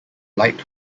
light